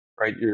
right